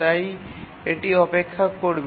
তাই এটি অপেক্ষা করবে